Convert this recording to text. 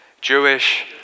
Jewish